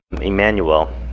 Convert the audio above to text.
Emmanuel